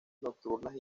nocturnas